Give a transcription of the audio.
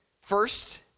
First